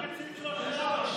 רק את סעיף 3 ו-4.